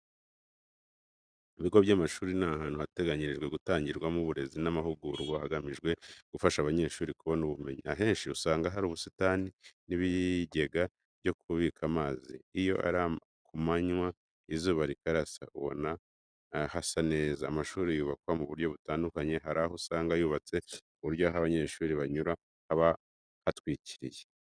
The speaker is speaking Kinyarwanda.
Ibigo by’amashuri ni ahantu hateganyirijwe gutangirwamo uburezi n’amahugurwa, hagamijwe gufasha abanyeshuri kubona ubumenyi. Ahenshi usanga hari ubusitani n'ibijyega byo kubikamo amazi. Iyo ari kumanywa izuba rikarasa uba ubona hasa neza. Amashuri yubakwa mu buryo butandukanye, hari aho usanga yubatse ku buryo aho abanyeshuri banyura haba hatwikiriye.